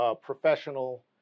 professional